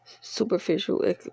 Superficial